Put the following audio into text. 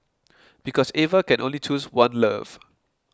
because Eva can only choose one love